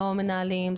לא מנהלים,